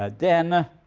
ah then